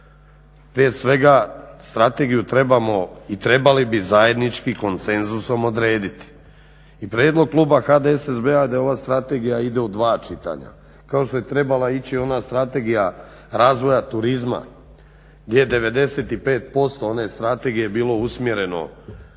Prije svega strategiju trebamo i trebali bi zajednički koncenzusom odrediti. I prijedlog kluba HDSSB-a je da ova strategija ide u dva čitanja kao što je trebala ići ona Strategija razvoja turizma gdje 95% one strategije bilo usmjereno